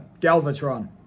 Galvatron